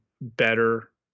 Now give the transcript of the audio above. better